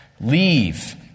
Leave